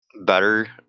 better